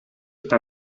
está